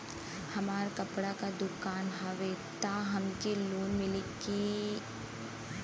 हमार कपड़ा क दुकान हउवे त हमके लोन मिली का?